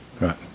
Right